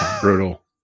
Brutal